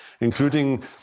including